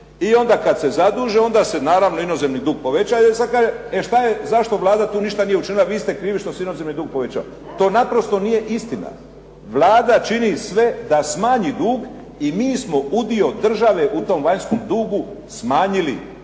i onda kad se zaduže onda se naravno inozemni dug poveća … /Govornik se ne razumije./… e šta je, zašto Vlada tu ništa nije učinila, vi ste krivi što se inozemni dug povećava. To naprosto nije istina. Vlada čini sve da smanji dug i mi smo udio države u tom vanjskom dugu smanjili